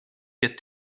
get